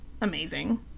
amazing